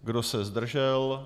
Kdo se zdržel?